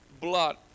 blood